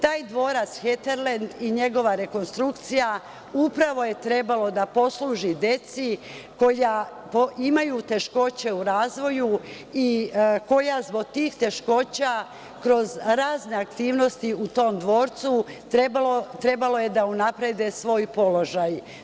Taj dvorac „Heterlend“ i njegova rekonstrukcija upravo je trebalo da posluži deci koja imaju teškoće u razvoju i koja zbog tih teškoća, kroz razne aktivnosti u tom dvorcu su trebala da unaprede svoj položaj.